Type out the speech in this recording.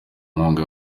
nkunga